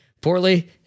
poorly